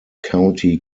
county